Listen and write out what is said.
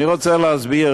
אני רוצה להסביר